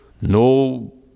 no